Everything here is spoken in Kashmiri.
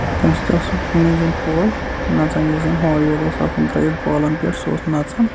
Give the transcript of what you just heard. تَمہِ سۭتۍ اوس مٔنزِم پول نژان یُس زَن ہور یور اوس آسان ترٲیِتھ پولَن پٮ۪ٹھ سُہ اوس نَان